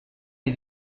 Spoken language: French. les